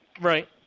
Right